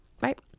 right